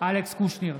אלכס קושניר,